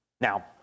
Now